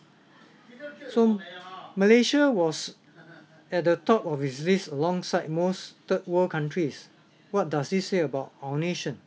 so malaysia was at the top of his this alongside most third world countries what does this say about our nation